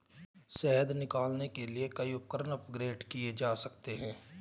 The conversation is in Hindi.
शहद निकालने के लिए कई उपकरण अपग्रेड किए जा सकते हैं